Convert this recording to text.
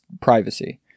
privacy